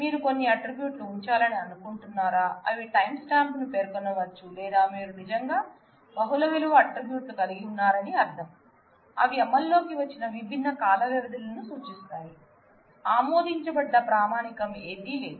మీరు కొన్ని ఆట్రిబ్యూట్లు ఉంచాలని అనుకుంటున్నారా అవి టైమ్ స్టాంప్ ను పేర్కొనవచ్చు లేదా మీరు నిజంగా బహుళ విలువ ఆట్రిబ్యూట్లు కలిగి ఉన్నారని అర్థం అవి అమల్లోనికి వచ్చిన విభిన్న కాల వ్యవధిలను సూచిస్తాయి ఆమోదించబడ్డ ప్రామాణికం ఏదీ లేదు